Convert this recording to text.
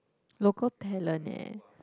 local talent leh